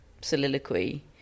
soliloquy